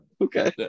Okay